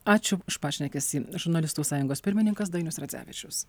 ačiū už pašnekesį žurnalistų sąjungos pirmininkas dainius radzevičius